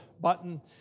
button